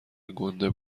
گنده